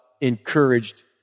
encouraged